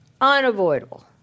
Unavoidable